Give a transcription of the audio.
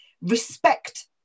Respect